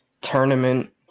tournament